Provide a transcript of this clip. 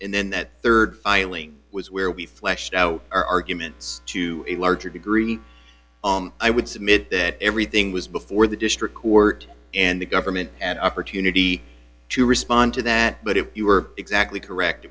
and then that rd filing was where we fleshed out our arguments to a larger degree i would submit that everything was before the district court and the government had opportunity to respond to that but if you were exactly correct